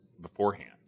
beforehand